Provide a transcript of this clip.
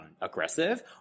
aggressive